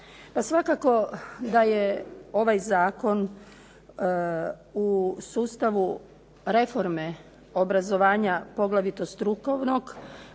svakako da je ovaj zakon u sustavu reforme obrazovanja, poglavito strukovnog,